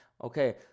Okay